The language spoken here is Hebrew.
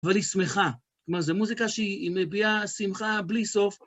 אבל היא שמחה. זאת אומרת, זו מוזיקה שהיא מביעה שמחה בלי סוף.